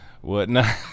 whatnot